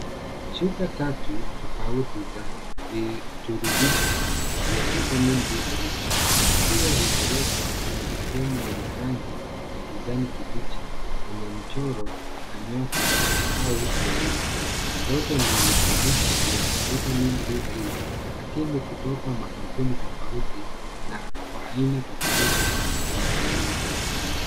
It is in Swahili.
Chupa tatu tofauti za vuturubisho vya vitamin d 3 vikiwa vimewekwa kwenye sehemu yenye rangi ya kijani kibichi yenye mchoro na nyota au milia yote ni virutubisho vya vitamin d 3 lakini kutoka makampuni tofauti na Kwa aina tofauti za matumizi.